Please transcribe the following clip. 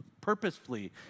purposefully